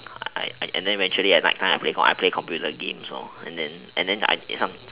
I I I then eventually at night time I play computer games and then and then I it's